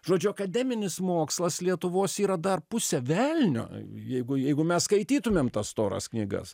žodžiu akademinis mokslas lietuvos yra dar pusė velnio jeigu jeigu mes skaitytumėm tas storas knygas